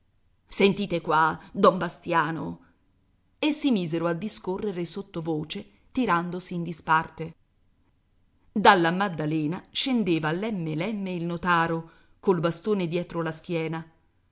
sentite qua don bastiano e si misero a discorrere sottovoce tirandosi in disparte dalla maddalena scendeva lemme lemme il notaro col bastone dietro la schiena